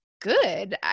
good